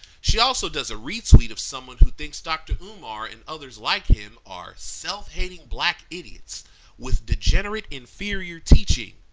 she also does a retweet of someone who thinks dr. umar and others like him are self-hating black idiots with degenerate inferior teaching.